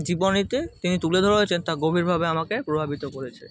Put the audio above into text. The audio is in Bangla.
জীবনীতে তিনি তুলে ধরেছেন তা গভীরভাবে আমাকে প্রভাবিত করেছে